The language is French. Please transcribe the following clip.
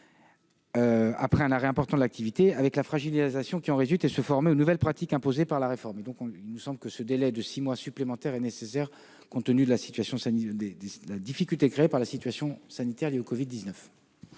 après un arrêt important de l'activité, avec la fragilisation qui en résulte, et se former aux nouvelles pratiques imposées par la réforme. Il nous semble que ce délai de six mois supplémentaire est nécessaire compte tenu de la difficulté créée par la situation sanitaire liée au Covid-19.